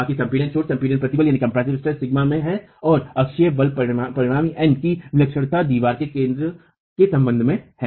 बाकी संपीडन छोर संपीडन प्रतिबलसिग्मा में है और अक्षीय बल परिणामी N की विलक्षणता दीवार की केंद्र रेखा के संबंध में है